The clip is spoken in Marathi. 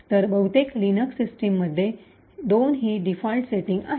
तर बहुतेक लिनक्स सिस्टममध्ये 2 ही डीफॉल्ट सेटिंग आहे